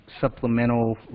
supplemental